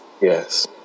yes